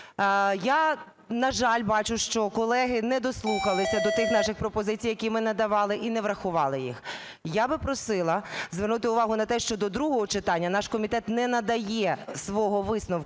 Я, на жаль, бачу, що колеги не дослухалися до тих наших пропозицій, які ми надавали, і не врахували їх. Я би просила звернути увагу на те, що до другого читання наш комітет не надає свого висновку,